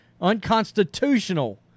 unconstitutional